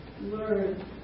Learn